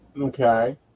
Okay